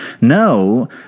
No